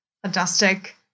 Fantastic